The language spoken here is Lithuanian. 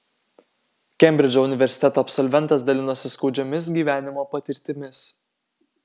kembridžo universiteto absolventas dalinosi skaudžiomis gyvenimo patirtimis